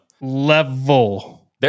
level